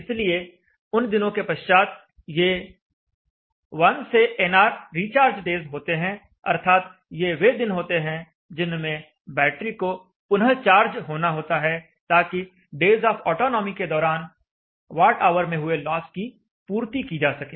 इसलिए उन दिनों के पश्चात ये 1 से nr रिचार्ज डेज होते हैं अर्थात ये वे दिन होते हैं जिनमें बैटरी को पुनः चार्ज होना होता है ताकि डेज ऑफ ऑटोनोमी के दौरान वाट ऑवर में हुए लॉस की पूर्ति की जा सके